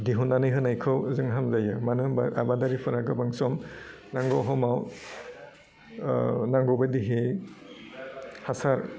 दिहुन्नानै होनायखौ जों हामजायो मानो होनबा आबादारिफोरा गोबां सम नांगौ समाव नांगौ बायदिहै हासार